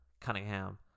Cunningham